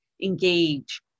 engage